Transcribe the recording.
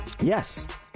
Yes